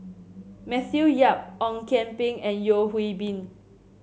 Matthew Yap Ong Kian Peng and Yeo Hwee Bin